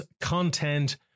content